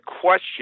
question